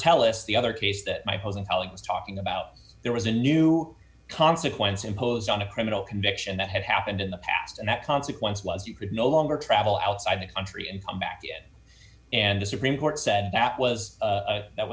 helis the other case that my hose and colleagues talking about there was a new consequence imposed on a criminal conviction that had happened in the past and that consequence was you could no longer travel outside the country and come back again and the supreme court said that was that